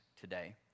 today